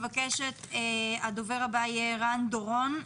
הדובר הבא ערן דורון,